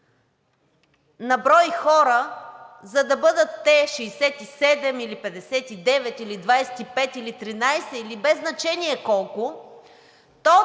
на брой хора, за да бъдат те 67 или 59, или 25, или 13, или без значение колко,